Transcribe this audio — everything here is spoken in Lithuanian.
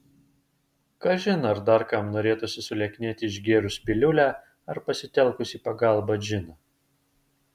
kažin ar dar kam norėtųsi sulieknėti išgėrus piliulę ar pasitelkus į pagalbą džiną